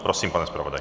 Prosím, pane zpravodaji.